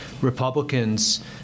Republicans